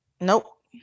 nope